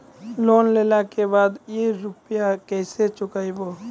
Loan लेला के बाद या रुपिया केसे चुकायाबो?